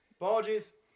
apologies